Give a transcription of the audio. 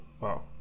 Wow